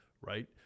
right